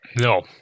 No